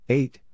Eight